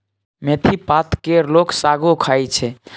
मेथी पात केर लोक सागो खाइ छै